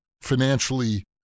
financially